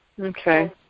Okay